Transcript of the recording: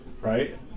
right